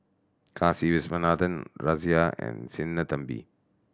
Kasiviswanathan Razia and Sinnathamby